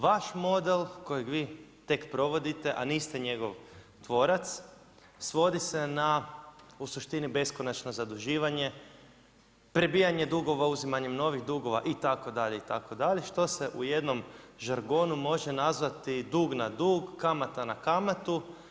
Vaš model kojeg vi tek provodite, a niste njegov tvorac svodi se na u suštini beskonačno zaduživanje, prebijanjem dugova uzimanjem novih dugova itd., itd., što se u jednom žargonu može nazvati dug na dug, kamata na kamatu.